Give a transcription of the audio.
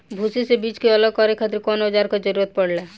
भूसी से बीज के अलग करे खातिर कउना औजार क जरूरत पड़ेला?